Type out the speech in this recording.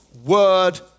Word